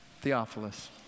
Theophilus